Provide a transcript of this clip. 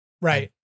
Right